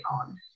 on